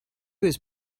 was